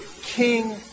King